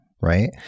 right